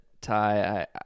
Ty